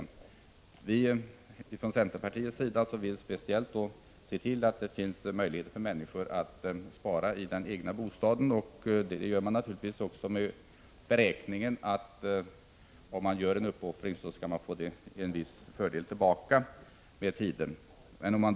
Vi vill från centerpartiets sida speciellt se till att människor får möjligheter att spara i den egna bostaden, och vi har naturligtvis då också den tanken att den som gör en uppoffring skall med tiden få tillbaka en viss fördel härav.